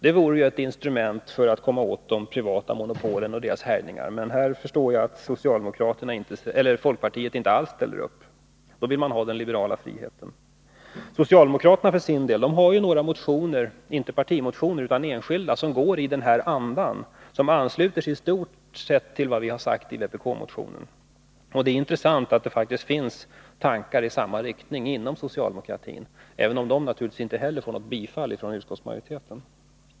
Det vore ett instrument för att komma åt de privata monopolen och deras härjningar. Men jag förstår att folkpartiet inte alls ställer upp för det; här vill man ha den liberala friheten. Socialdemokraterna har några motioner —- inte partimotioner utan enskilda —- i den här andan. Motionärerna ansluter sig i stort sett till vad vi har sagt i vpk-motionen. Det är intressant att det faktiskt finns tankar i samma riktning inom socialdemokratin, även om motionerna naturligtvis inte tillstyrks av utskottsmajoriteten.